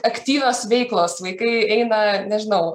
aktyvios veiklos vaikai eina nežinau